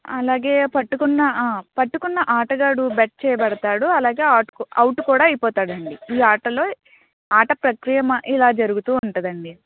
అలాగే పట్టుకున్న పట్టుకున్న ఆటగాడు బెట్ చేయబడతాడు అలాగే అవు అవుట్ కూడా అయిపోతాడండీ ఈ ఆటలో ఆట ప్రత్యెమా ఇలా జరుగుతూ ఉంటదండీ